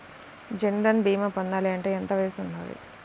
జన్ధన్ భీమా పొందాలి అంటే ఎంత వయసు ఉండాలి?